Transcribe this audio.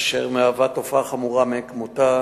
אשר מהווה תופעה חמורה מאין כמותה.